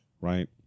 right